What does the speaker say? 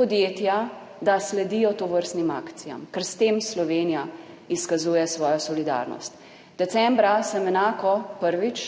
podjetja, da sledijo tovrstnim akcijam, ker s tem Slovenija izkazuje svojo solidarnost. Decembra sem enako prvič